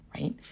right